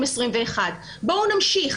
נמשיך.